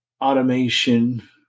automation